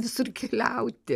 visur keliauti